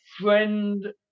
friend